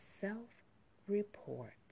self-report